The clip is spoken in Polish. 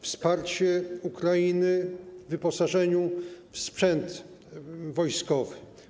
Wsparcie Ukrainy w wyposażeniu w sprzęt wojskowy.